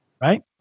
Right